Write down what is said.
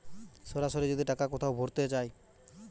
সরাসরি যদি টাকা কোথাও ভোরতে চায়